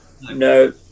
no